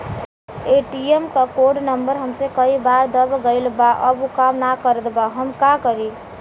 ATM क code number हमसे कई बार दब गईल बा अब उ काम ना करत बा हम का करी?